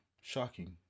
Shocking